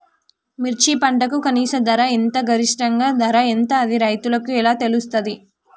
మిర్చి పంటకు కనీస ధర ఎంత గరిష్టంగా ధర ఎంత అది రైతులకు ఎలా తెలుస్తది?